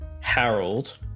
harold